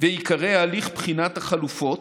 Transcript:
ועיקרי הליך בחינת החלופות,